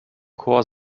chor